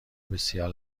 بسیار